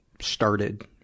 started